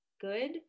good